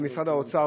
שמשרד האוצר,